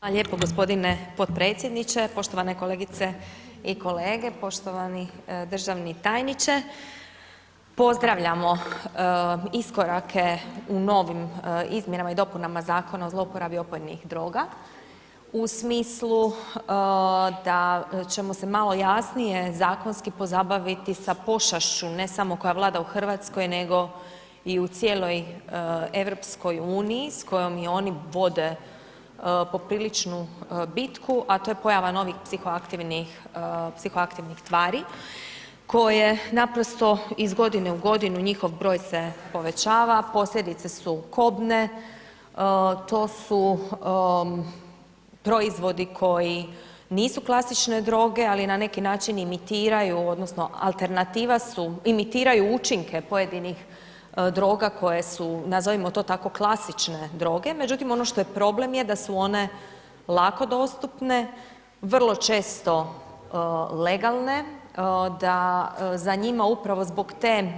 Hvala lijepo gospodine podpredsjedniče, poštovane kolegice i kolege, poštovani državni tajniče, pozdravljamo iskorake u u novim izmjenama i dopunama Zakona o zlouporabi opojnih droga u smislu da ćemo se malo jasnije zakonski pozabaviti sa pošašću ne samo koja vlada u RH, nego i u cijeloj EU s kojom i oni vode popriličnu bitku, a to je pojava novih psihoaktivnih tvari koje naprosto iz godine u godinu njihov broj se povećava, posljedice su kobne, to su proizvodi koji nisu klasične droge, ali na neki način imitiraju odnosno alternativa su, imitiraju učinke pojedinih droga koje su, nazovimo to tako, klasične droge, međutim, ono što je problem je da su one lako dostupne, vrlo često legalne, da za njima upravo zbog te